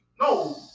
No